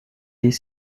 des